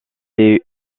est